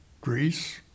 Greece